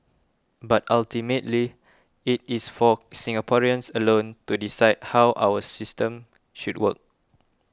but ultimately it is for Singaporeans alone to decide how our system should work